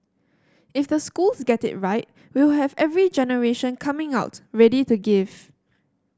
if the schools get it right we will have every generation coming out ready to give